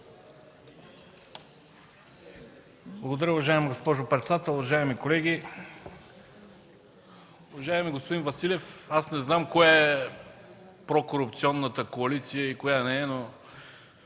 Благодаря Ви, уважаема госпожо председател. Уважаеми колеги, уважаеми господин Василев, не знам коя е прокорупционната коалиция и коя не е, но